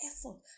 effort